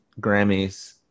Grammys